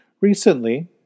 Recently